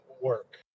work